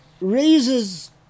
raises